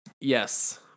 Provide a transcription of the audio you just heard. Yes